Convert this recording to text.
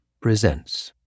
presents